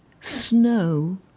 snow